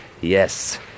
Yes